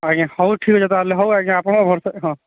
ଆଜ୍ଞା ହଉ ଠିକ୍ଅଛି ତାହାଲେ ହଉ ଆଜ୍ଞା ଆପଣଙ୍କ ଭରସାରେ